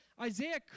Isaiah